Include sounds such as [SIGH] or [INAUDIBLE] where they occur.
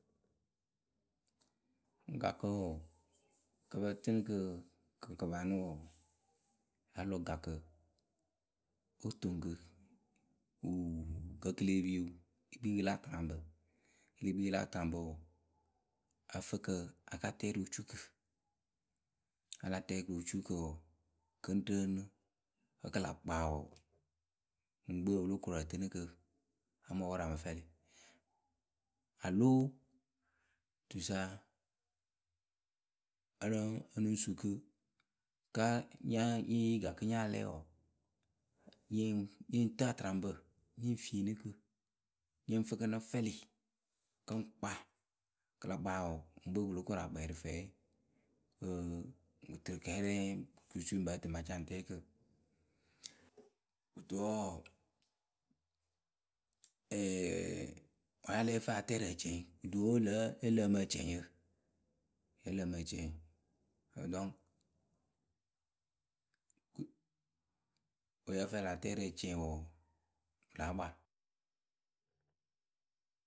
Gakǝ wɔɔ kɨ ǝ pǝ tɨnɨ kǝ kɨ kɨpanɨ wɔɔ, alo gakǝ kɨ otoŋ wuu kǝ kǝ́ kɨ leh pie e kpii kǝ la atɨraŋpǝ. Wǝ́ e le kpii kǝ la atɨraŋpǝ wɔɔ ǝ fɨ kǝ a ka tɛ rǝ ocuukǝ. Wǝ́ a la tɛɛ kǝ rǝ ocuukǝ wɔɔ, kɨ ŋ rǝǝnɨ wǝ́ kɨ la kpaa wɔɔ, wǝ ŋkpe o lóo koru ǝ tɨnɨ kǝ. A mɨ pɔrʊ a mɨ fɛlɩ. Alo tusa,ǝ lǝŋ sukǝ ka nye yee gakɨ nya lɛ wɔɔ, nyǝ ŋ tɨɨ atɨraŋpǝ nyǝ ŋ fieenikǝ nyǝ ŋ fǝ kǝ nɨ fɛlɩ kɨ ŋ kpaa. Kɨ la kpaa wɔɔ, wǝ ŋkpe kɨ lóo koru a kpɛɛ rǝ fɛɛwe kɨ oturu kɛɛ rɛ susui ŋ pǝǝ tɨ ŋ pa ca ŋ tɛɛ kǝ. Kɨto wɔɔ, [HESITATION] vǝ́ a la lɛ ǝ fǝ a tɛ rǝ ǝcǝŋ. Kɨto kǝ́ wǝ lǝǝ. Lǝ lǝǝmɨ ǝcǝŋyǝ, lǝ lǝǝmɨ ǝcǝŋyǝ Wǝ́ ǝ lǝ fɨ a la tɛɛ rǝ ǝcǝŋ wɔɔ, kɨ láa kpaa.